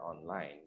online